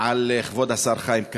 על כבוד השר חיים כץ.